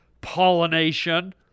pollination